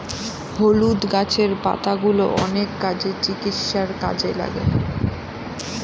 হলুদ গাছের পাতাগুলো অনেক কাজে, চিকিৎসার কাজে লাগে